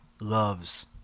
loves